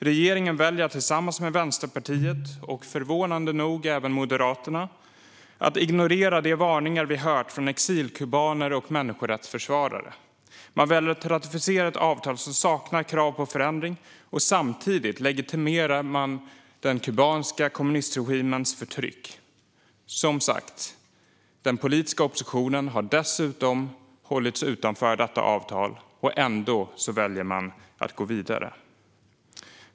Regeringen väljer att tillsammans med Vänsterpartiet och, förvånande nog, även Moderaterna ignorera de varningar vi hört från exilkubaner och människorättsförsvarare. Man väljer att ratificera ett avtal som saknar krav på förändring, och samtidigt legitimerar man den kubanska kommunistregimens förtryck. Dessutom har den politiska oppositionen som sagt hållits utanför detta avtal. Ändå väljer man att gå vidare.